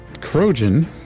crojan